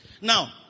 Now